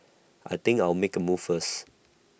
I think I'll make A move first